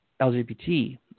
LGBT